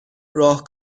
راه